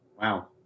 Wow